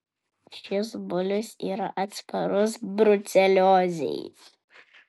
šis bulius yra atsparus bruceliozei